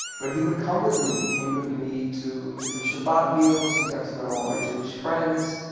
but he would come with me. he came with me to different shabbat meals. he got to know all my jewish friends.